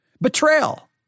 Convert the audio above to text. Betrayal